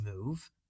move